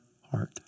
heart